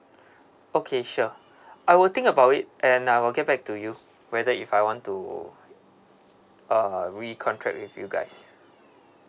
okay sure I will think about it and I will get back to you whether if I want to uh recontract with you guys